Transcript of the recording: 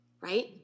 Right